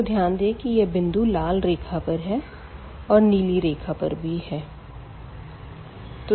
तो ध्यान दें की यह बिंदु लाल रेखा पर है और नीली रेखा पर भी है